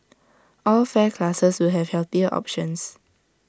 all fare classes will have healthier options